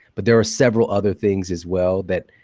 but there are several other things as well that